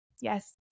yes